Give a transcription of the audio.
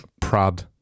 Prad